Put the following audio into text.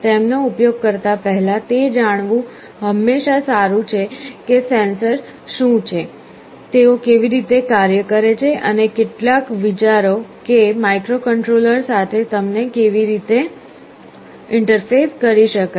તેમનો ઉપયોગ કરતા પહેલા તે જાણવું હંમેશા સારું છે કે સેન્સર શું છે તેઓ કેવી રીતે કાર્ય કરે છે અને કેટલાક વિચારો કે માઇક્રોકન્ટ્રોલર સાથે તેમને કેવી રીતે ઇન્ટરફેસ કરી શકાય છે